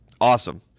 Awesome